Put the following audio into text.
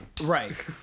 Right